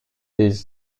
des